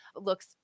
looks